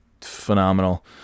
phenomenal